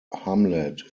hamlet